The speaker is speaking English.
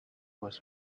was